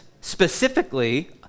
specifically